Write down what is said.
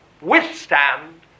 withstand